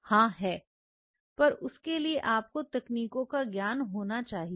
हां है पर उसके लिए आपको तकनीकों का ज्ञान होना चाहिए